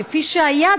כפי שהיה,